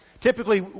typically